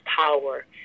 power